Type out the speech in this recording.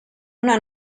una